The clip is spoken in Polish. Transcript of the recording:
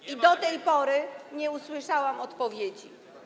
I do tej pory nie usłyszałam odpowiedzi.